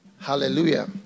Hallelujah